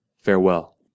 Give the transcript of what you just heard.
Farewell